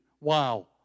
Wow